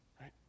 Right